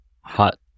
hot